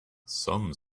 some